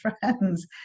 friends